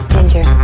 Ginger